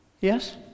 Yes